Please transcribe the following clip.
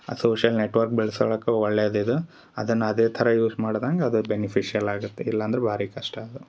ಆ social network ಬೆಳ್ಸ್ಕೊಳಕ್ಕ ಒಳ್ಳೆಯದು ಇದ ಅದನ್ನ ಅದೇ ಥರ ಯೂಸ್ ಮಾಡದಂಗ ಅದು ಬೆನಿಫಿಶಲ್ ಆಗತ್ತೆ ಇಲ್ಲಂದ್ರ ಭಾರಿ ಕಷ್ಟ ಅದು